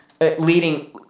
Leading